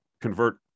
convert